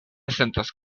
sentas